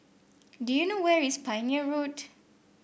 do you know where is Pioneer Road